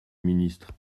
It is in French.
ministre